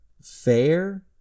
Fair